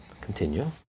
continue